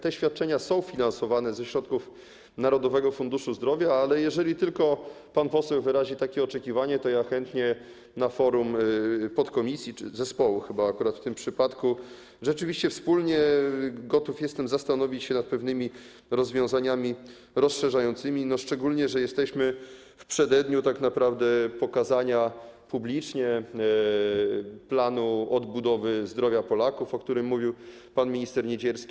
Te świadczenia są finansowane ze środków Narodowego Funduszu Zdrowia, ale jeżeli tylko pan poseł wyrazi takie oczekiwanie, to ja chętnie na forum podkomisji, zespołu chyba akurat w tym przypadku, rzeczywiście wspólnie gotów jestem zastanowić się nad pewnymi rozwiązaniami rozszerzającymi, szczególnie że jesteśmy w przededniu tak naprawdę pokazania publicznie planu odbudowy zdrowia Polaków, o którym mówił pan minister Niedzielski.